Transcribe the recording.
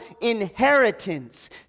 inheritance